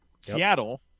Seattle